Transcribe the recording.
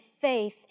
faith